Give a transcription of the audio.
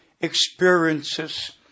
Experiences